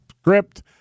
script